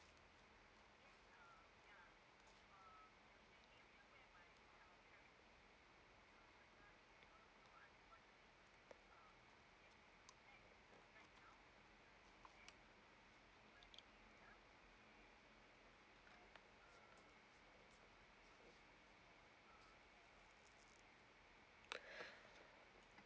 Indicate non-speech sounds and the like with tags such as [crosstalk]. [breath]